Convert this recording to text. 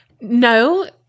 No